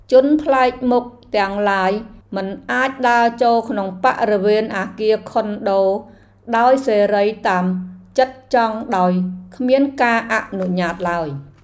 ជនប្លែកមុខទាំងឡាយមិនអាចដើរចូលក្នុងបរិវេណអគារខុនដូដោយសេរីតាមចិត្តចង់ដោយគ្មានការអនុញ្ញាតឡើយ។